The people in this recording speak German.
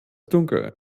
dunkel